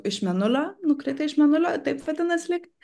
iš mėnulio nukritę iš mėnulio taip vadinas lyg